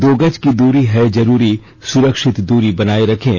दो गज की दूरी है जरूरी सुरक्षित दूरी बनाए रखें